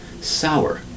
Sour